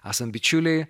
esam bičiuliai